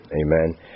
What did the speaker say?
Amen